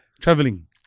traveling